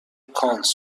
کانس